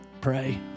Pray